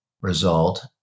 result